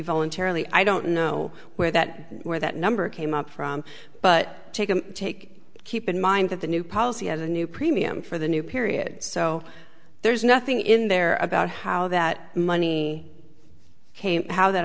voluntarily i don't know where that where that number came up from but take a take keep in mind that the new policy has a new premium for the new period so there's nothing in there about how that money came how that